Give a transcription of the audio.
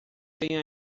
tem